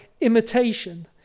imitation